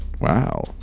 Wow